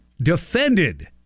defended